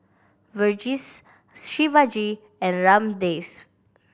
Verghese Shivaji and Ramdev